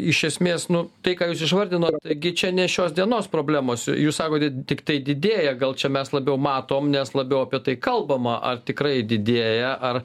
iš esmės nu tai ką jūs išvardinot gi čia ne šios dienos problemos jūs sakote tiktai didėja gal čia mes labiau matom nes labiau apie tai kalbama ar tikrai didėja ar